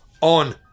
on